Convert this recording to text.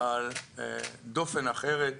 אבל כשמדברים על ערכי טבע,